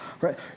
Right